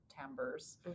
timbers